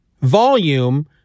volume